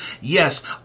Yes